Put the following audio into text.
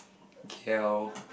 K_L